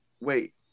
Wait